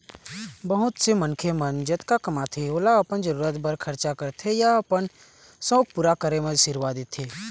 बहुत से मनखे मन जतका कमाथे ओला अपन जरूरत बर खरचा करथे या अपन सउख पूरा करे म सिरवा देथे